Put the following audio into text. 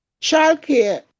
childcare